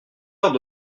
heure